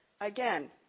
Again